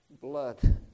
blood